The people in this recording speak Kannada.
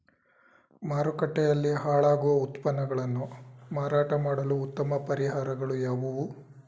ಮಾರುಕಟ್ಟೆಯಲ್ಲಿ ಹಾಳಾಗುವ ಉತ್ಪನ್ನಗಳನ್ನು ಮಾರಾಟ ಮಾಡಲು ಉತ್ತಮ ಪರಿಹಾರಗಳು ಯಾವುವು?